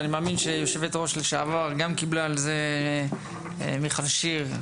ואני מאמין שהיושבת-ראש לשעבר מיכל שיר,